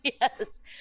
yes